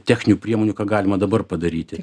techninių priemonių ką galima dabar padaryti